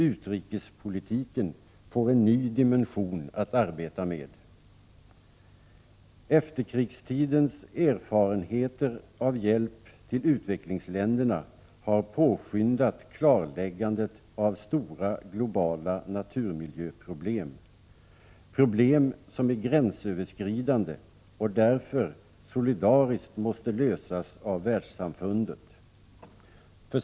Utrikespolitiken får en ny dimension att arbeta med. Efterkrigstidens erfarenheter av hjälp till utvecklingsländerna har påskyndat klarläggandet av stora globala naturmiljöproblem. Det är problem som är gränsöverskridande och därför solidariskt måste lösas av världssamfundet.